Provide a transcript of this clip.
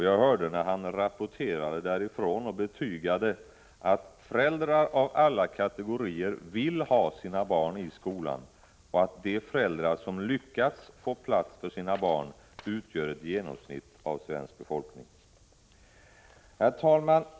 Jag hörde när han rapporterade därifrån och betygade att föräldrar av alla kategorier vill ha sina barn i skolan och att de föräldrar som lyckats få plats för sina barn utgör ett genomsnitt av svensk befolkning. Herr talman!